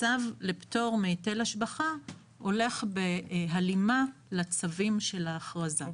הצו לפטור מהיטל השבחה הולך בהלימה לצווים של ההכרזה.